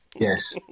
Yes